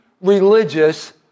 religious